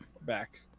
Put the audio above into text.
Back